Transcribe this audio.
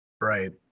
Right